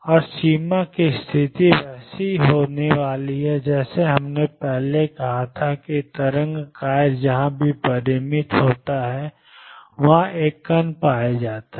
और सीमा की स्थिति वैसी ही होने वाली है जैसा हमने पहले कहा था कि तरंग कार्य जहां भी परिमित है वहां एक कण पाया जाना है